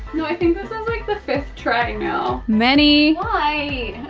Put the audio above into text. no, i think this is like the fifth try now. many. why.